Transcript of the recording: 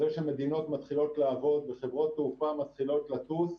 זה שמדינות מתחילות לעבוד וחברות תעופה מתחילות לטוס,